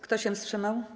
Kto się wstrzymał?